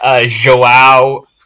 Joao